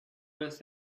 with